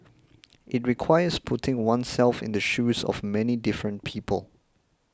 it requires putting oneself in the shoes of many different people